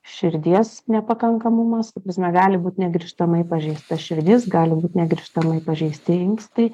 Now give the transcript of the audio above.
širdies nepakankamumas ta prasme gali būt negrįžtamai pažeista širdis gali būt negrįžtamai pažeisti inkstai